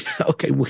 Okay